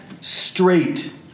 straight